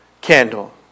candle